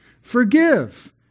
Forgive